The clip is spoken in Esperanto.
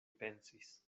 pensis